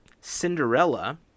Cinderella